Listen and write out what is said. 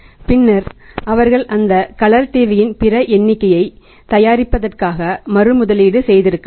பின்னர் அவர்கள் அந்த கலர் டிவியின் பிற எண்ணிக்கையைத் தயாரிப்பதற்காக மறு முதலீடு செய்திருக்கலாம்